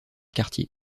quartier